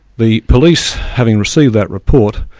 the police, having received that report,